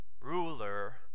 ruler